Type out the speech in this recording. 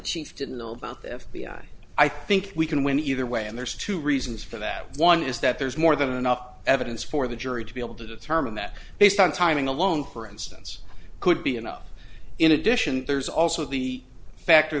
chief didn't know about the f b i i think we can win either way and there's two reasons for that one is that there's more than enough evidence for the jury to be able to determine that based on timing alone for instance could be an up in addition there's also the factor